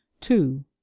two